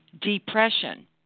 depression